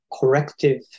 corrective